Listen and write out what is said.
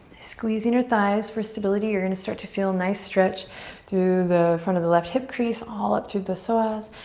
squeeze inner thighs for stability. you're gonna start to feel a nice stretch through the front of the left hip crease all up through the psoas.